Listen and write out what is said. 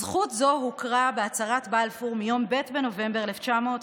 זכות זו הוכרה בהצהרת בלפור מיום ב' בנובמבר 1917,